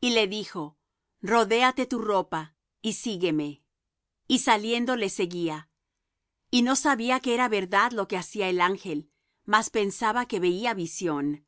y le dijo rodéate tu ropa y sígueme y saliendo le seguía y no sabía que era verdad lo que hacía el ángel mas pensaba que veía visión